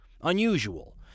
unusual